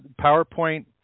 PowerPoint